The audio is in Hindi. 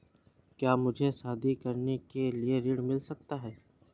क्या मुझे शादी करने के लिए ऋण मिल सकता है?